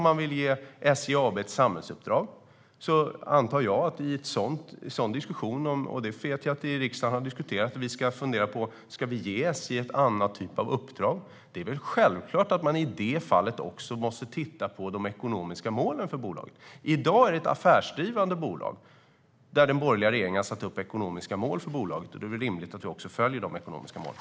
Jag vet att det har diskuterats i riksdagen, och vi ska fundera på det, om vi ska ge SJ en annan typ av uppdrag. Det är väl självklart att man i det fallet också måste titta på de ekonomiska målen för bolaget. I dag är det ett affärsdrivande bolag där den borgerliga regeringen har satt upp ekonomiska mål för bolaget, och då är det också rimligt att vi följer de ekonomiska målen.